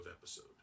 episode